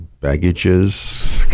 baggages